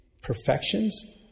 perfections